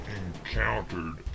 encountered